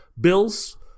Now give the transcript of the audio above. Bills